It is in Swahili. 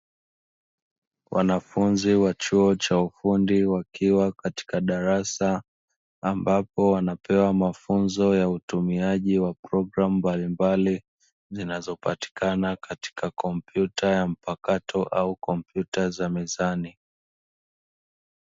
Wanafunzi wa chuo cha ufundi wakiwa katika darasa ambapo wanapewa mafunzo ya utumiaji wa programu mbalimbali, zinazopatikana katika kompyuta ya mpakato au kompyuta za mezani.